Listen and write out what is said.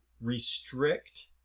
restrict